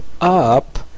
up